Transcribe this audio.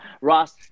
Ross